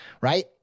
right